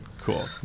cool